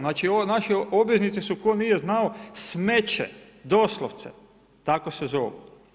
Znači ove naše obveznice su tko nije znao smeće, doslovce, tako se zovu.